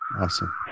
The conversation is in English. Awesome